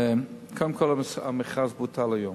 קודם כול, המכרז בוטל היום.